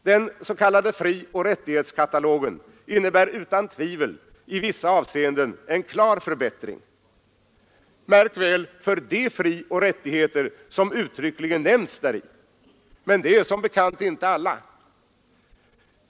Den s.k. frioch rättighetskatalogen innebär utan tvivel i vissa avseenden en klar förbättring — märk väl för de frioch rättigheter som uttryckligen nämns däri, men det är som bekant inte alla.